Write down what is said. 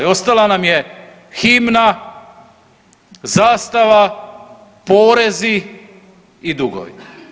Ostala nam je himna, zastava, porezi i dugovi.